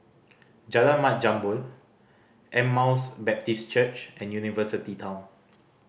Jalan Mat Jambol Emmaus Baptist Church and University Town